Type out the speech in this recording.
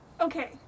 okay